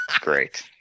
great